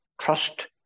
trust